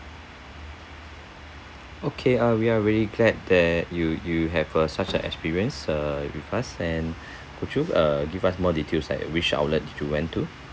okay uh we are really glad that you you have a such a experience uh with us and could you uh give us more details like which outlet did you went to